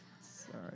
Sorry